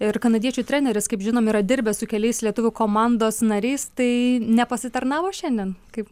ir kanadiečių treneris kaip žinom yra dirbęs su keliais lietuvių komandos nariais tai nepasitarnavo šiandien kaip